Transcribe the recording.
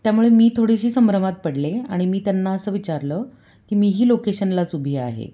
त्यामुळे मी थोडीशी संभ्रमात पडले आणि मी त्यांना असं विचारलं की मीही लोकेशनलाच उभी आहे